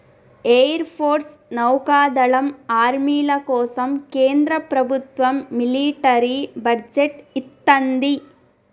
air force, నౌకాదళం, ఆర్మీల కోసం కేంద్ర ప్రభత్వం మిలిటరీ బడ్జెట్ ఇత్తంది